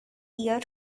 year